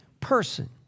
person